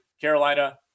Carolina